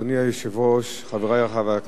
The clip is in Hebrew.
אדוני היושב-ראש, חברי חברי הכנסת,